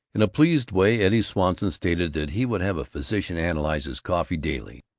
in a pleased way eddie swanson stated that he would have a physician analyze his coffee daily.